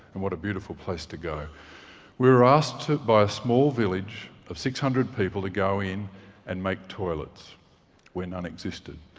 and what a beautiful place to go. we were asked by a small village of six hundred people to go in and make toilets where none existed.